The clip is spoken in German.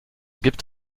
gibt